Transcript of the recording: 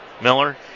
Miller